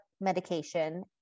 medication